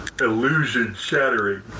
illusion-shattering